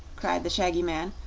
cried the shaggy man,